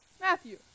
Matthew